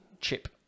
chip